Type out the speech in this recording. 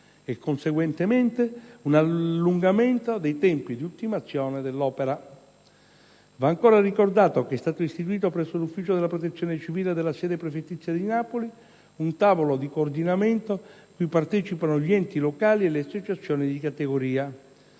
e conseguentemente un allungamento dei tempi di ultimazione dell'opera. Va ancora ricordato che è stato istituito presso l'ufficio della Protezione civile della sede prefettizia di Napoli un tavolo di coordinamento cui partecipano gli enti locali e le associazioni di categoria.